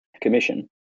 commission